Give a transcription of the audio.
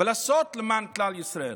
ולעשות למען כלל ישראל.